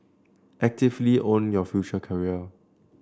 actively own your future career